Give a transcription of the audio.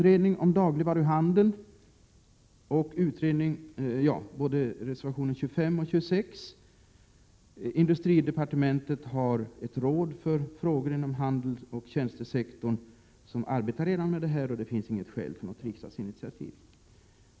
Reservationerna 25 och 26 avser förslaget om en utredning av dagligvaruhandeln. Industridepartementet har ett råd som redan arbetar med frågor som gäller handeln och tjänstesektorn, och det finns därför inte något skäl för ett riksdagsinitiativ.